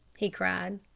he cried,